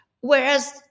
Whereas